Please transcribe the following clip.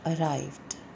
arrived